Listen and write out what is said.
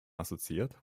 assoziiert